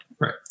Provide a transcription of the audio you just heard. Right